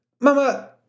mama